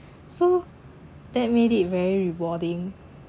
so that made it very rewarding